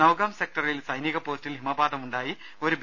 നൌകാം സെക്ടറിൽ സൈനിക പോസ്റ്റിൽ ഹിമപാതമുണ്ടായി ഒരു ബി